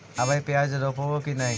अबर प्याज रोप्बो की नय?